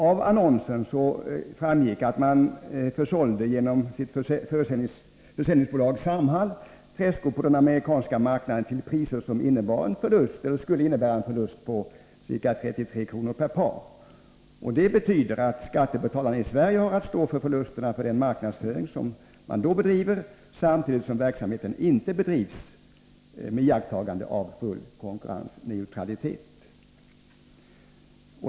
Av annonsen framgick att Samhällsföretag genom sitt försäljningsbolag Samhall försålde träskor på den amerikanska marknaden till priser som skulle innebära en förlust på ca 33 kr. per par. Detta betyder att skattebetalarna i Sverige har att stå för förlusterna för den marknadsföring som man bedriver, samtidigt som verksamheten inte bedrivs med iakttagande av full konkurrensneutralitet.